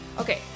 Okay